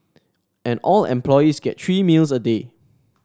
and all employees get three meals a day